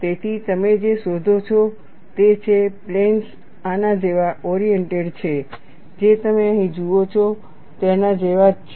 તેથી તમે જે શોધો છો તે છે પ્લેન્સ આના જેવા ઓરિએન્ટેડ છે જે તમે અહીં જુઓ છો તેના જેવા જ છે